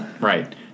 Right